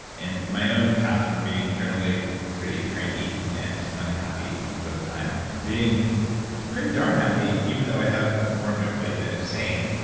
and in my own path from being generally pretty cranky and unhappy much of the time to being pretty darn happy even though i have more on and my plate than is sane,